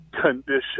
condition